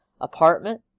apartment